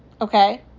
okay